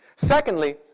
Secondly